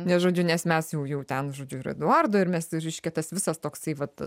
nes žodžiu nes mes jau jau ten žodžiu ir eduardo ir mes jau reiškia tas visas toksai vat